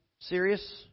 serious